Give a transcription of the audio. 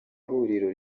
huriro